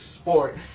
sport